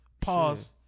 Pause